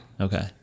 Okay